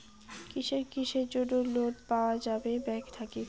কিসের কিসের জন্যে লোন পাওয়া যাবে ব্যাংক থাকি?